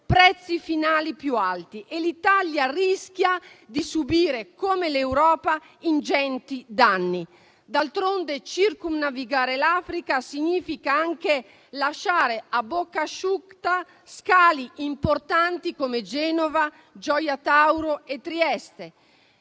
prezzi finali più alti. L'Italia rischia di subire, come l'Europa, ingenti danni. D'altronde, circumnavigare l'Africa significa anche lasciare a bocca asciutta scali importanti come Genova, Gioia Tauro e Trieste.